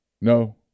No